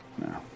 No